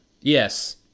Yes